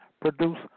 produce